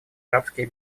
арабские